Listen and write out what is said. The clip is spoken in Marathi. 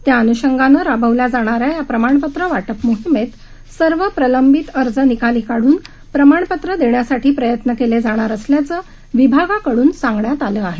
त्या अनुषगानं राबवल्या जाणाऱ्या या प्रमाणपत्र वाटप मोहिमेत सर्व प्रलंबित अर्ज निकाली काढून प्रमाणपत्र देण्यासाठी प्रयत्न केले जाणार असल्याचं विभागाकडून सांगण्यात आलं आहे